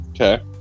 Okay